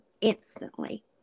instantly